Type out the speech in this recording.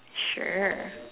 sure